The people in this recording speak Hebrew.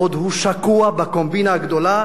בעוד הוא שקוע בקומבינה הגדולה,